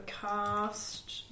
cast